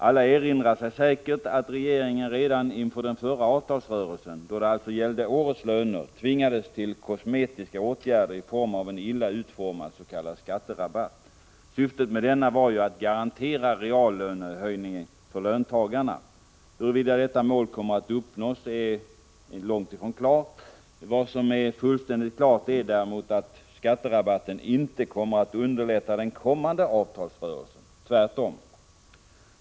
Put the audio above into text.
Alla erinrar sig säkert att regeringen redan inför den förra avtalsrörelsen — då det alltså gällde årets löner — tvingades till kosmetiska åtgärder i form av en illa utformad s.k. skatterabatt. Syftet med denna var ju att garantera reallönehöjning för löntagarna. Huruvida detta mål kommer att uppnås är långt ifrån klart. Vad som är fullständigt klart är däremot att skatterabatten inte kommer att underlätta den kommande avtalsrörelsen. Tvärtom!